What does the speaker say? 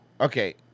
Okay